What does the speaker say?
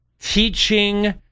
teaching